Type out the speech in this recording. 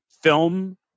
film